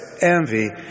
envy